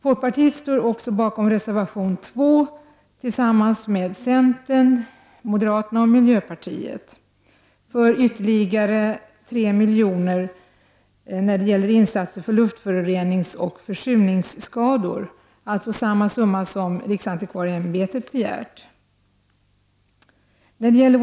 Folkpartiet står också bakom reservation 2 tillsammans med centern, moderaterna och miljöpartiet för att ytterligare 3 miljoner skall tillföras insatserna mot luftföroreningsoch försurningsskador. Det är således samma summa som riksantikvarieämbetet hade begärt.